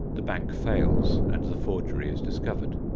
the bank fails and the forgery is discovered.